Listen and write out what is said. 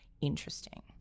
Interesting